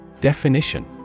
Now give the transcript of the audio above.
Definition